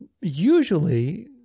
usually